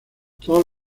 todos